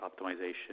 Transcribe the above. optimization